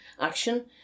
action